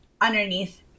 underneath